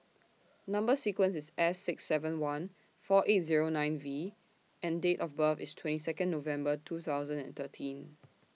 Number sequence IS S six seven one four eight Zero nine V and Date of birth IS twenty Second November two thousand and thirteen